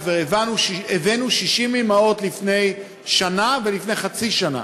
כבר הבאנו 60 אימהות לפני שנה ולפני חצי שנה,